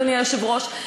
אדוני היושב-ראש,